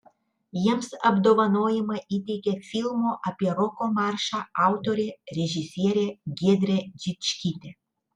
jiems apdovanojimą įteikė filmo apie roko maršą autorė režisierė giedrė žičkytė